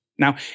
Now